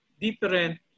different